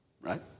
right